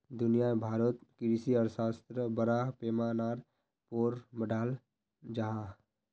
दुनिया भारोत कृषि अर्थशाश्त्र बड़ा पैमानार पोर पढ़ाल जहा